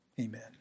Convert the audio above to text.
Amen